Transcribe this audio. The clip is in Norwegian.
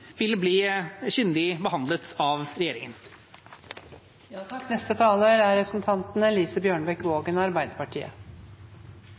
vil bli kyndig behandlet av